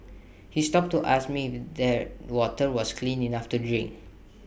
he stopped to ask me that water was clean enough to drink